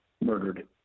murdered